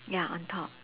ya on top